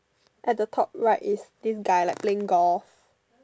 at the top right is this guy like playing golf